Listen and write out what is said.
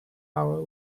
our